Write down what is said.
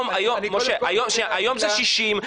היום זה 60,